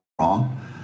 wrong